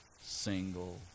single